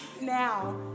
now